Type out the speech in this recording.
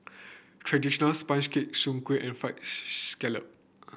traditional sponge cake Soon Kueh and fried scallop